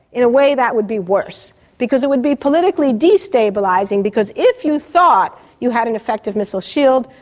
in a way that would be worse, because it would be politically destabilising, because if you thought you had an effective missile shield,